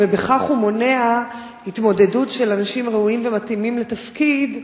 ובכך הוא מונע התמודדות של אנשים ראויים ומתאימים לתפקיד,